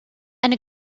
eine